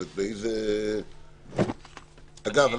אגב,